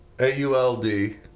A-U-L-D